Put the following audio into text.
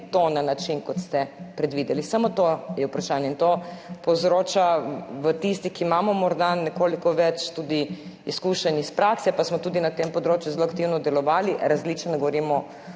na način, kot ste predvideli. Samo to je vprašanje in to povzroča v tistih, ki imamo morda nekoliko več tudi izkušenj iz prakse, pa smo tudi na tem področju zelo aktivno delovali različno, govorimo